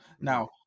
Now